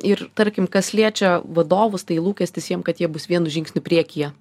ir tarkim kas liečia vadovus tai lūkestis jiem kad jie bus vienu žingsniu priekyje